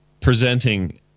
presenting